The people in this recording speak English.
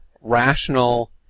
rational